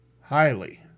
Highly